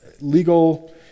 legal